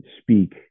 speak